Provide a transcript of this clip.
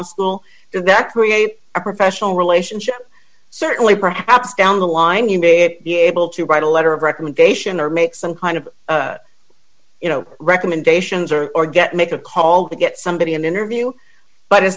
school that create a professional relationship certainly perhaps down the line you may be able to write a letter of recommendation or make some kind of you know recommendations or or get make a call to get somebody an interview but is